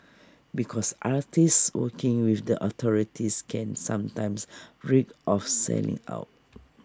because artists working with the authorities can sometimes reek of selling out